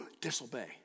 Disobey